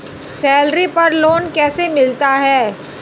Salary पर loan कैसे मिलता है?